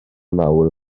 mawr